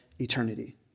eternity